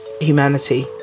humanity